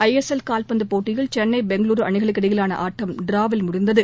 ISL கால்பந்து போட்டியில் சென்னை பெங்களூரு அணிகளுக்கு இடையிலான ஆட்டம் டிராவில் முடிவடைந்தது